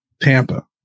Tampa